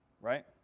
right